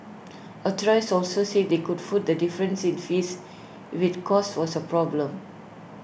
authorities also said they could foot the difference in fees if IT cost was A problem